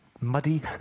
muddy